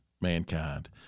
mankind